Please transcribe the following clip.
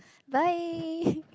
bye